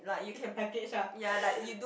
is a package ah